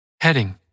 Heading